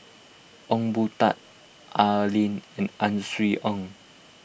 Ong Boon Tat Oi Lin N Ang Swee Aun